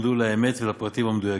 לאמת ולפרטים המדויקים,